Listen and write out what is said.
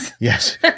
Yes